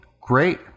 great